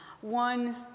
one